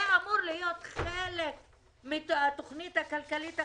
זה אמור להיות חלק מהתוכנית הכלכלית החדשה,